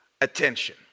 attention